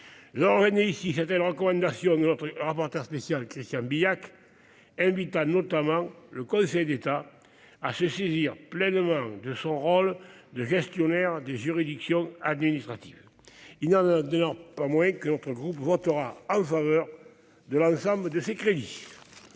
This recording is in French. recommandations de notre rapporteur spécial Christian Bilhac, qui invite notamment le Conseil d'État à se saisir pleinement de son rôle de gestionnaire des juridictions administratives. Il n'en demeure pas moins que notre groupe votera en faveur de l'ensemble de ces crédits.